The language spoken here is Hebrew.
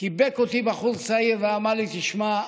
חיבק אותי בחור צעיר ואמר לי: תשמע,